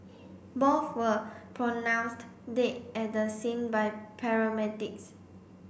both were pronounced dead at the scene by paramedics